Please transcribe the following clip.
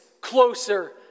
closer